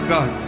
God